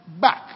back